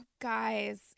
guys